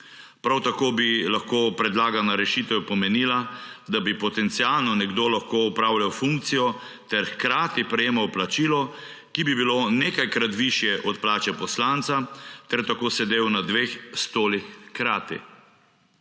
Prav tako bi lahko predlagana rešitev pomenila, da bi potencialno nekdo lahko opravljal funkcijo ter hkrati prejemal plačilo, ki bi bilo nekajkrat višje od plače poslanca ter tako sedel na dveh stolih hkrati.